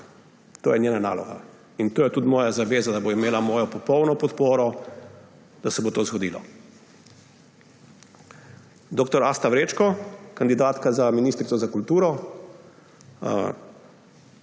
To je njena naloga. In to je tudi moja zveza, da bo imela mojo popolno podporo, da se bo to zgodilo. Dr. Asta Vrečko, kandidatka za ministrico za kulturo.